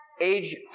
Age